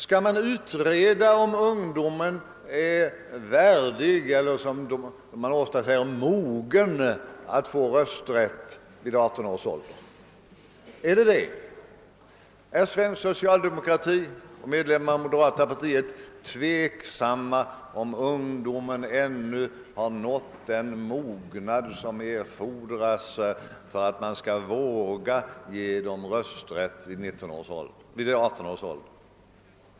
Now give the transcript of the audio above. Skall man utreda om ungdomen är värdig, eller som man ofta säger, mogen att få rösträtt vid 18 års ålder?